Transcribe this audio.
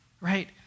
Right